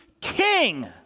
king